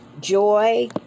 joy